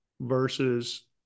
versus